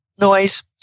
noise